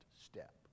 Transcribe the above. step